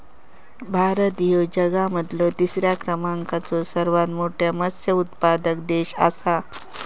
भारत ह्यो जगा मधलो तिसरा क्रमांकाचो सर्वात मोठा मत्स्य उत्पादक देश आसा